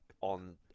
on